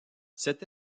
cette